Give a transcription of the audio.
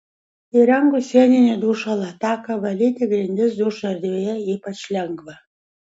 įrengus sieninį dušo lataką valyti grindis dušo erdvėje ypač lengva